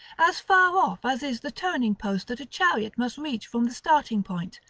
as far off as is the turning-post that a chariot must reach from the starting-point,